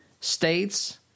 States